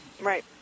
Right